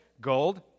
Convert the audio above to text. gold